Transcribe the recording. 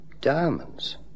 Diamonds